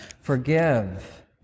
forgive